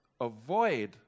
avoid